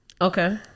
okay